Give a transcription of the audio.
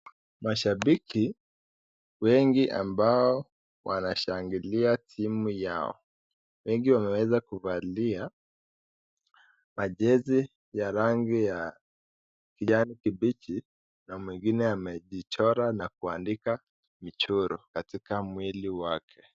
Mashabiki wengi ambao wanashangilia timu yao. Wengi wameweza kuvalia majezi ya rangi ya kijani kibichi na mwengine amejichora na kuandika michoro katika mwili wake.